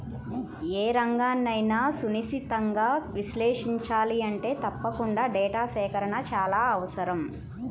ఏ రంగన్నైనా సునిశితంగా విశ్లేషించాలంటే తప్పకుండా డేటా సేకరణ చాలా అవసరం